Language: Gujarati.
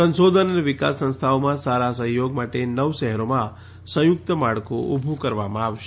સંશોધન અને વિકાસ સંસ્થાઓમાં સારા સહ્યોગ માટે નવ શહેરોમાં સંયુક્ત માળખું ઉભું કરવામાં આવશે